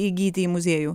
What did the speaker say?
įgyti į muziejų